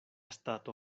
stato